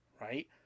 right